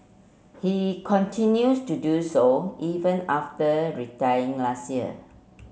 he continues to do so even after retiring last year